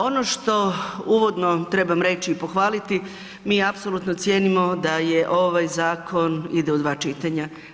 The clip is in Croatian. Ono što uvodno trebam reći i pohvaliti, mi apsolutno cijenimo da je ovaj zakon ide u dva čitanja.